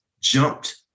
jumped